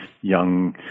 young